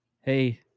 hey